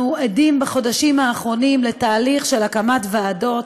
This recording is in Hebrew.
עדים בחודשים האחרונים לתהליך של הקמת ועדות,